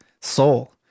soul